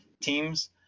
teams